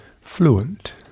fluent